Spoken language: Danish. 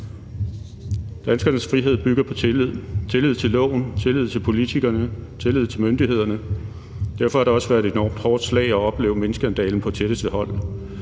Danskernes frihed bygger på tillid, tillid til loven, tillid til politikerne, tillid til myndighederne. Derfor har det også været et enormt hårdt slag at opleve minkskandalen på tætteste hold.